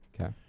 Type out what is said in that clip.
Okay